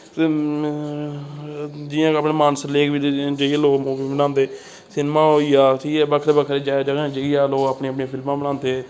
जियां अपने मानसर लेक पर जेइयै लोक मूवी बनांदे सिनमां होई गेआ ठीक ऐ बक्खरे बक्खरे जगह् जाइयै लोग अपनियां अपनियां फिल्मां बनांदे